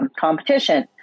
competition